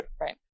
Right